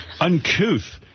uncouth